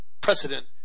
precedent